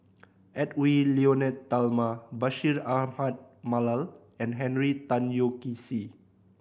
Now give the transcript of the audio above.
Edwy Lyonet Talma Bashir Ahmad Mallal and Henry Tan Yoke See